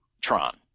Tron